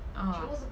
uh